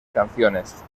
canciones